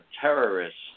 terrorists